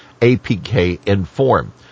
APK-Inform